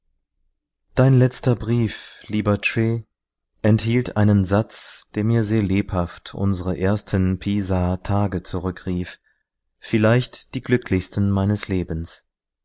dein letzter brief lieber tre enthielt einen satz der mir sehr lebhaft unsere ersten pisaer tage zurückrief vielleicht die glücklichsten meines lebens